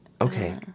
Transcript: Okay